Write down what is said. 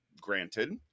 granted